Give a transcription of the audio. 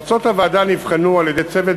המלצות הוועדה נבחנו על-ידי צוות